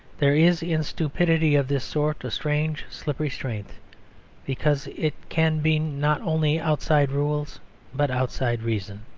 there is in stupidity of this sort a strange slippery strength because it can be not only outside rules but outside reason.